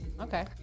Okay